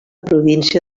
província